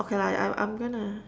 okay lah I I I'm gonna